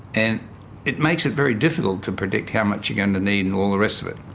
and it makes it very difficult to predict how much you're going to need and all the rest of it.